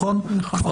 לא